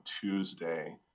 Tuesday